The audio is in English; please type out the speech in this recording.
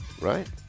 Right